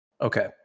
Okay